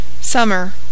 Summer